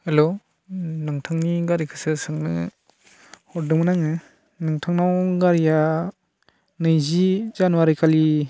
हेल' नोंथांनि गारिखौसो सोंनो हरदोंमोन आङो नोंथांनाव गारिया नैजि जानुवारिखालि